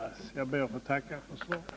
Jag ber än en gång att få tacka för svaret.